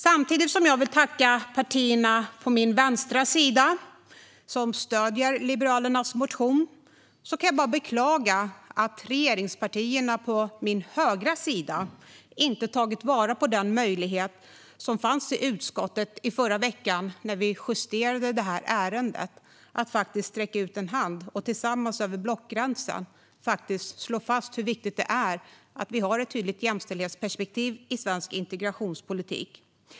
Samtidigt som jag vill tacka partierna på min vänstra sida som stöder Liberalernas motion kan jag bara beklaga att regeringspartierna på min högra sida inte tagit vara på den möjlighet som fanns i utskottet i förra veckan när vi justerade ärendet. Det gällde att sträcka ut en hand och tillsammans över blockgränsen slå fast hur viktigt det är att vi har ett tydligt jämställdhetsperspektiv i svensk integrationspolitik.